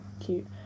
cute